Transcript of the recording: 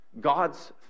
God's